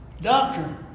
Doctor